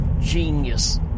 genius